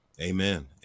Amen